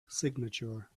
signature